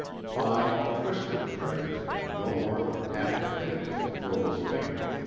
fine, twisted threads no more than half the thickness of burl's finger.